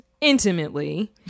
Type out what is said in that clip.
intimately